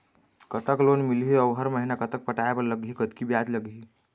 कतक लोन मिलही अऊ हर महीना कतक पटाए बर लगही, कतकी ब्याज लगही?